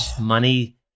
money